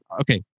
okay